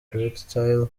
erectile